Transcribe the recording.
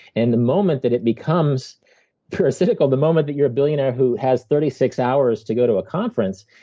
and the moment that it becomes parasitical, the moment that you're a billionaire who has thirty six hours to go to a conference.